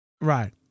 right